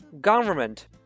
Government